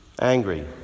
angry